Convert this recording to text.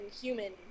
human